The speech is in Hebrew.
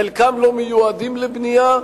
חלקם לא מיועדים לבנייה,